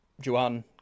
Joanne